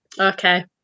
Okay